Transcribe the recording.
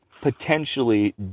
Potentially